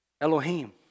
Elohim